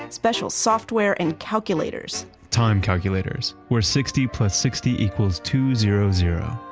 special software, and calculators time calculators. where sixty plus sixty equals two zero zero.